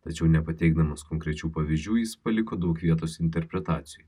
tačiau nepateikdamas konkrečių pavyzdžių jis paliko daug vietos interpretacijų